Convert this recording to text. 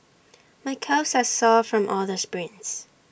my calves are sore from all the sprints